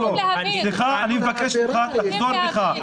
אני מבקש ממך תחזור בך.